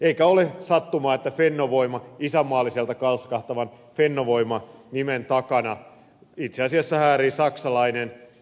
eikä ole sattumaa että fennovoiman isänmaalliselta kalskahtavan fennovoima nimen takana itse asiassa häärii saksalainen energiajätti e